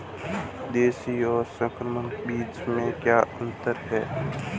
देशी और संकर बीज में क्या अंतर है?